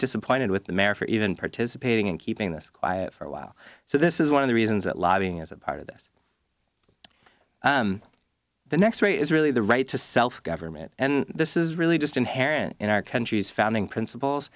disappointed with the mayor for even participating in keeping this quiet for a while so this is one of the reasons that lobbying is a part of this the next three is really the right to self government and this is really just inherent in our country's founding principles